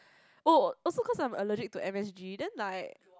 oh also cause like I am allergic to M_S_G then like